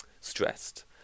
stressed